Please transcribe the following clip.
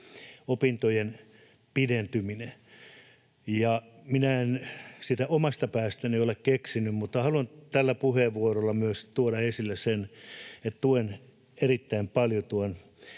opintojen pidentyminen, eli minä en sitä omasta päästäni ole keksinyt. Haluan tällä puheenvuorolla myös tuoda esille sen, että tuen erittäin paljon